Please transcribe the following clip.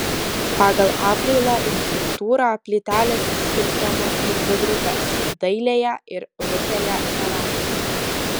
pagal apdailą ir struktūrą plytelės skirstomos į dvi grupes dailiąją ir rupiąją keramiką